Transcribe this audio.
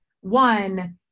one